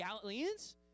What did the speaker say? Galileans